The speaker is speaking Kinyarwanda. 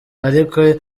ariko